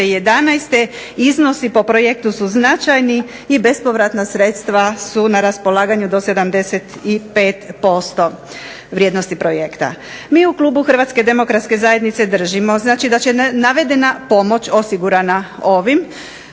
2011. iznosi po projektu su značajni i bespovratna sredstva su na raspolaganju do 75% vrijednosti projekta. MI u Klubu HDZ-a držimo da će navedena pomoć osigurana onim